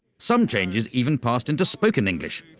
some changes even passed into spoken english,